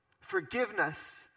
Forgiveness